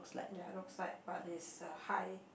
ya looks like but there's a high